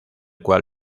cual